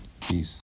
Peace